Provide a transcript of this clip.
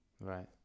Right